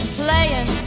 playing